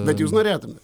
bet jūs norėtumėt